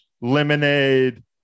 lemonade